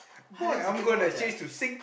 !huh! that means you cannot watch ah